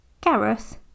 Gareth